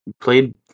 played